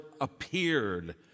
appeared